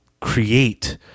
create